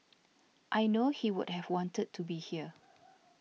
I know he would have wanted to be here